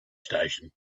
station